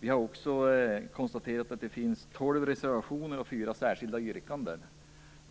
Vi kan också konstatera att det finns tolv reservationer och fyra särskilda yrkanden.